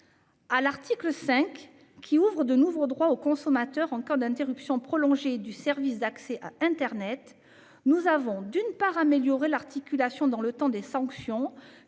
À l'article 5, qui ouvre de nouveaux droits aux consommateurs en cas d'interruption prolongée du service d'accès à internet, nous avons, d'une part, amélioré l'articulation dans le temps des sanctions